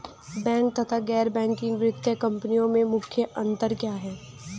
Bank तथा गैर banking वित्तीय कंपनियों में मुख्य अंतर क्या है?